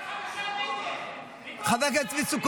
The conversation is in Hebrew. רק 45 נגד מתוך 120. חבר הכנסת צבי סוכות,